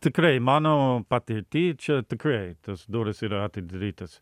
tikrai mano patirty čia tikrai tos durys yra atidarytos